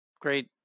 great